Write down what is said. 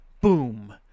Boom